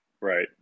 Right